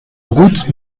route